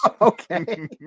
okay